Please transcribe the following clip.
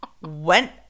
went